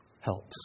helps